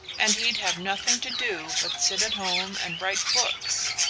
and he'd have nothing to do but sit at home and write books.